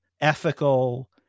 ethical